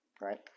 right